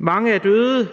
Mange er døde,